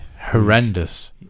horrendous